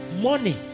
money